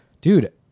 dude